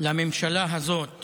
לממשלה הזאת